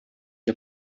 для